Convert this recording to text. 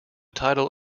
title